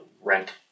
rent